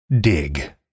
Dig